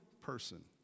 person